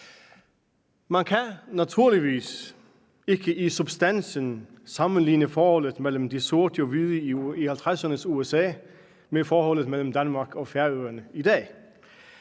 Man kan naturligvis ikke i substansen sammenligne forholdet mellem de sorte og hvide i 1950'ernes USA med forholdet mellem Danmark og Færøerne i dag.